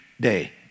day